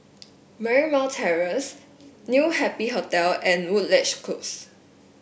Marymount Terrace New Happy Hotel and Woodleigh Close